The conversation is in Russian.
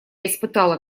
испытала